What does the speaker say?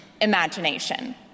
imagination